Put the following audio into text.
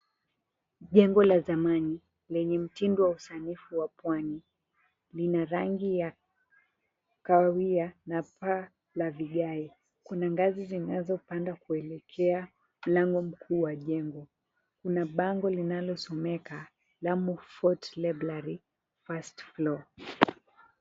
Jengo la zamani lenye mtindo wa usanifu pwani, lina rangi ya kahawia na paa la vigae. Kuna ngazi zinazopanda kuelekea mlango mkuu wa jengo. Kuna bango linalosomeka, Lamu Fort Library, First Floor.